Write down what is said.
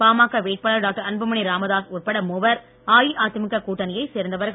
பாமக வேட்பாளர் டாக்டர் அன்புமணி ராமதாஸ் உட்பட மூவர் அஇஅதிமுக கூட்டணியை சேர்ந்தவர்கள்